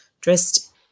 dressed